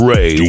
Ray